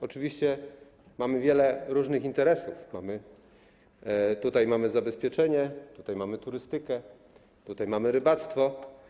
Oczywiście mamy wiele różnych interesów, tutaj mamy zabezpieczenie, tutaj mamy turystykę, tutaj mamy rybactwo.